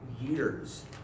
years